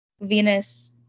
Venus